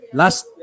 last